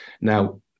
Now